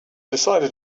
decided